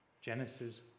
Genesis